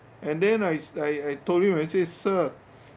and then I I I told him I say sir